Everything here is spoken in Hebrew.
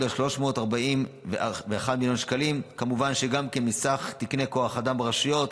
314 מיליון שקלים בשנת 2024. כמובן שגם בסך תקני כוח אדם ברשויות